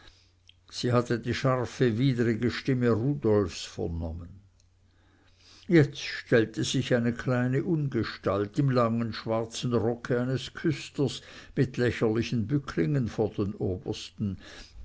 sie hatte die scharfe widrige stimme rudolfs vernommen jetzt stellte sich eine kleine ungestalt im langen schwarzen rocke eines küsters mit lächerlichen bücklingen vor den obersten